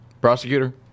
prosecutor